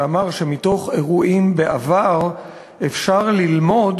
שאמר שמתוך אירועים בעבר אפשר ללמוד